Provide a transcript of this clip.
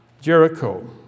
Jericho